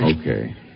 Okay